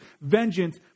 Vengeance